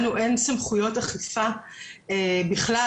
לנו אין סמכויות אכיפה בכלל,